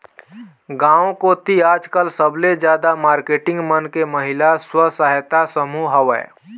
गांव कोती आजकल सबले जादा मारकेटिंग मन के महिला स्व सहायता समूह हवय